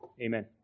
amen